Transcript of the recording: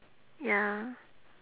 ya